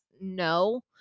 No